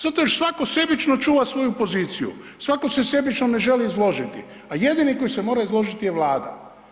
Zato jer svako sebično čuva svoju poziciju, svako se sebično ne želi izložiti, a jedini koji se mora izložiti je Vlada.